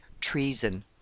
treason